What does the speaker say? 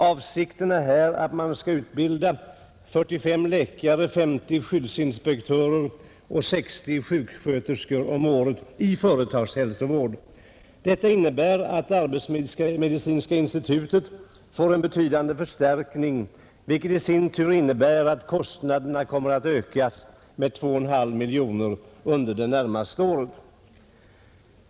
Avsikten är att man skall utbilda 45 läkare, 50 skyddsinspektörer och 60 sjuksköterskor om året i företagshälsovård. Detta innebär att arbetsmedicinska institutet får en betydande förstärkning, vilket i sin tur innebär att kostnaderna kommer att öka med 2,5 miljoner kronor under de närmaste åren.